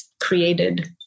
created